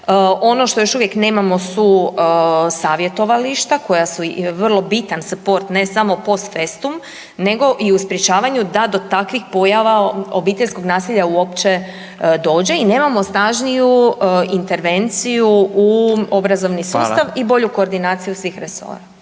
Ono što još uvijek nemamo su savjetovališta koja su vrlo bitan suport ne samo post festum nego i u sprječavanju da do takvih pojava obiteljskog nasilja uopće dođe i nemamo snažniju intervenciju u obrazovni sustav i bolju koordinaciju svih resora.